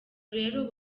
rero